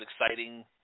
exciting